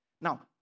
Now